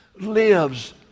lives